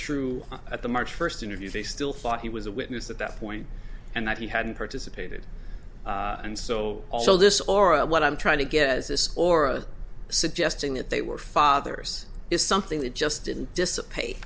true at the march first interview they still thought he was a witness at that point and that he hadn't participated and so also this aura of what i'm trying to get is this or a suggesting that they were fathers is something that just didn't dissipate